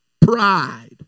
pride